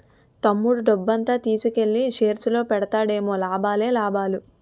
తమ్ముడు డబ్బంతా తీసుకెల్లి షేర్స్ లో పెట్టాడేమో లాభాలే లాభాలు